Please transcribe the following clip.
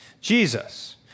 Jesus